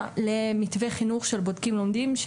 למתווה חינוך של בודקים לומדים,